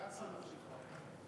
קצה נפשך.